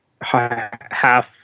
half